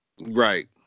right